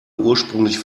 ursprünglich